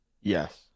Yes